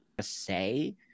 say